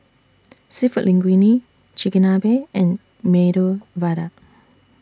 Seafood Linguine Chigenabe and Medu Vada